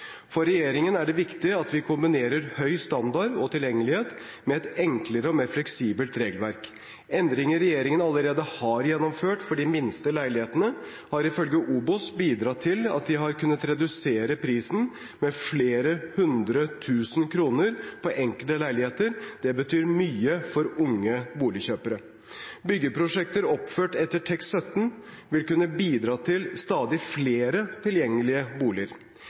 For regjeringen er det viktig at vi kombinerer høy standard og tilgjengelighet med et enklere og mer fleksibelt regelverk. Endringer regjeringen allerede har gjennomført for de minste leilighetene, har ifølge OBOS bidratt til at de har kunnet redusere prisen med flere hundre tusen kroner på enkelte leiligheter. Det betyr mye for unge boligkjøpere. Byggeprosjekter oppført etter TEK17 vil kunne bidra til stadig flere tilgjengelige boliger.